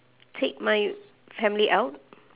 take my family out